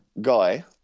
guy